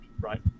right